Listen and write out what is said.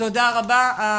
תודה רבה לכולם.